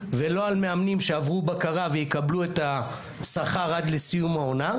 ולא על מאמנים שעברו בקרה ויקבלו את השכר עד לסיום העונה.